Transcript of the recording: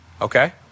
Okay